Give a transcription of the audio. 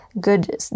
good